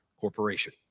corporation